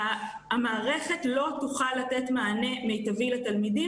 המערכת לא תוכל לתת מענה מיטבי לתלמידים